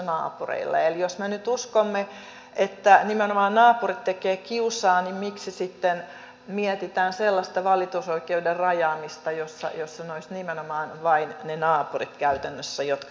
eli jos me nyt uskomme että nimenomaan naapurit tekevät kiusaa niin miksi sitten mietitään sellaista valitusoikeuden rajaamista että nimenomaan vain naapurit olisivat käytännössä ne jotka saisivat valittaa